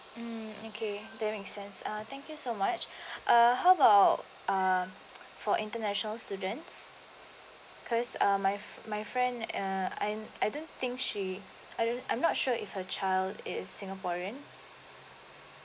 mm okay that makes sense uh thank you so much uh how about uh for international students cause uh my my friend uh I I don't think she I am not sure if her child is singaporean